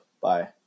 bye